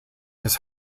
his